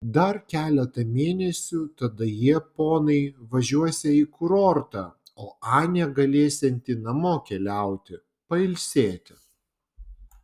dar keletą mėnesių tada jie ponai važiuosią į kurortą o anė galėsianti namo keliauti pailsėti